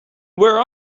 where